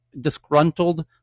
disgruntled